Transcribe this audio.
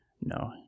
no